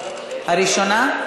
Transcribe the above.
חוק ומשפט להכנה לקריאה ראשונה.